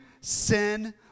sin